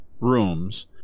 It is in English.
rooms